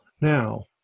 Now